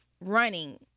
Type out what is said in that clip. running